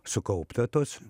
sukaupta tas